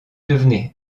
devenez